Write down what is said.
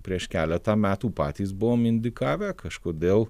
prieš keletą metų patys buvom indikavę kažkodėl